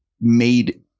made